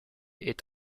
est